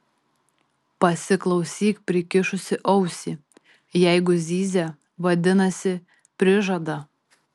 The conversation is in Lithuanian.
pasiklausyk prikišusi ausį jeigu zyzia vadinasi prižada